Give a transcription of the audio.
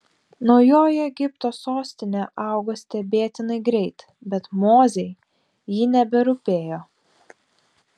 naujoji egipto sostinė augo stebėtinai greit bet mozei ji neberūpėjo